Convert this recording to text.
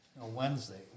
Wednesday